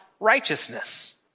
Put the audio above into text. Righteousness